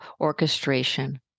orchestration